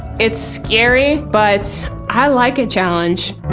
it's scary, but i like a challenge.